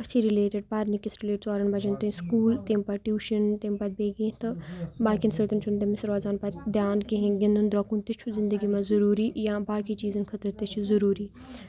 أتھی رلیٹڈ پرنہٕ کِس رِلیٹڈ ژورن بجن تانۍ سکوٗل تَمہِ پتہٕ ٹیوٗشن تمہِ پتہٕ بیٚیہِ کینٛہہ تہِ باقین سۭتۍ چھُنہٕ تٔمِس روزان پتہٕ دیان کِہیٖنۍ گِندُن درٛۄکُن تہِ چھُ زنٛدگی منٛز ضروٗری یا باقٕے چیٖزن خٲطرٕ تہِ چھ ضروٗری